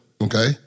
Okay